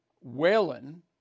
Whalen